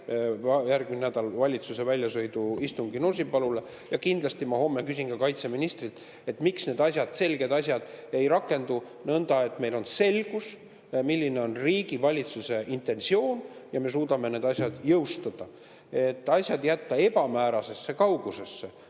järgmisel nädalal valitsuse väljasõiduistungi Nursipalule. Ja kindlasti ma homme küsin ka kaitseministrilt, miks need asjad – selged asjad – ei rakendu nõnda, et meil oleks selgus, milline on riigi valitsuse intentsioon ja et me suudame need asjad jõustada. Asjade jätmine ebamäärasesse kaugusesse